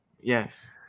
Yes